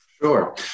Sure